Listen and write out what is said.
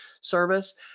service